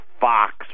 fox